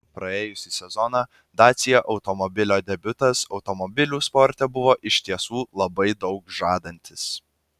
praėjusį sezoną dacia automobilio debiutas automobilių sporte buvo iš tiesų labai daug žadantis